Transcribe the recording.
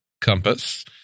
compass